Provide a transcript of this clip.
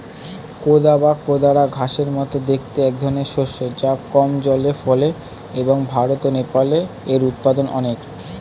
কোদা বা কোদরা ঘাসের মতো দেখতে একধরনের শস্য যা কম জলে ফলে এবং ভারত ও নেপালে এর উৎপাদন অনেক